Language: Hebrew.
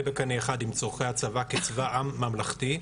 בקנה אחד עם צרכי הצבא כצבא עם ממלכתי,